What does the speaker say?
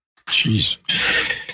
Jeez